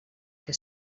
que